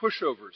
pushovers